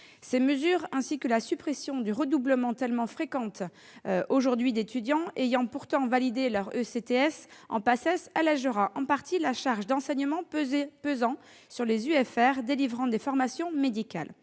Ces mesures, ainsi que la suppression des redoublements tellement fréquents aujourd'hui d'étudiants ayant pourtant validé leurs ECTS en PACES, allégeront en partie la charge d'enseignement pesant sur les UFR, ou unités de formation et